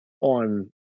on